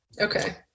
okay